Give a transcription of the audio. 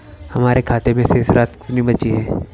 हमारे खाते में शेष राशि कितनी बची है?